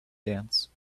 dance